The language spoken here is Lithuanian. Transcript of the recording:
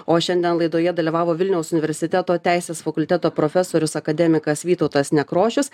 o šiandien laidoje dalyvavo vilniaus universiteto teisės fakulteto profesorius akademikas vytautas nekrošius